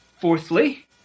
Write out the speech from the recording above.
Fourthly